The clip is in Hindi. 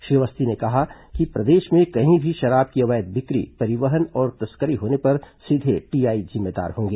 श्री अवस्थी ने कहा है कि प्रदेश में कहीं भी शराब की अवैध बिक्री परिवहन और तस्करी होने पर सीधे टीआई जिम्मेदार होंगे